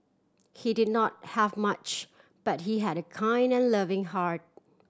he did not have much but he had a kind and loving heart